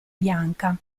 bianca